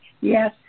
Yes